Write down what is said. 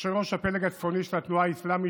יושב-ראש הפלג הצפוני של התנועה האסלאמית,